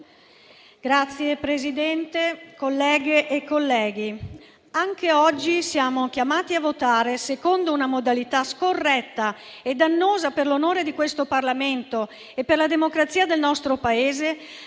Signor Presidente, colleghe e colleghi, anche oggi siamo chiamati a votare, secondo una modalità scorretta e dannosa per l'onore di questo Parlamento e per la democrazia del nostro Paese,